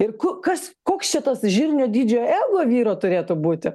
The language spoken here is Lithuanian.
ir kas koks čia tas žirnio dydžio ego vyro turėtų būti